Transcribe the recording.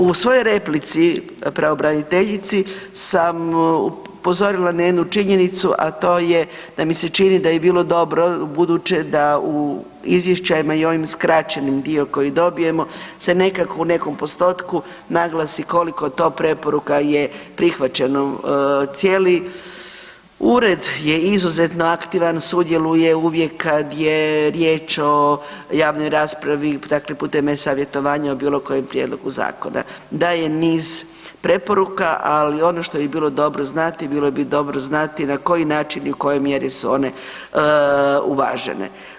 U svojoj replici pravobraniteljici sam upozorila na jednu činjenicu, a to je da mi se čini da bi bilo dobro ubuduće da u izvještajima i ovaj skraćeni dio koji dobijemo se nekako u nekom postotku naglasi koliko je to preporuka prihvaćeno, cijeli ured je izuzetno aktivan sudjeluje uvijek kad je riječ o javnoj raspravi, dakle putem e-savjetovanja o bilo kojem prijedlogu zakona, daje preporuka ali ono što bi bilo dobro znati, bilo bi dobro znati na koji način i u kojoj mjeri su one uvažene.